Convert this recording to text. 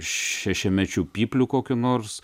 šešiamečiu pypliu kokiu nors